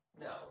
No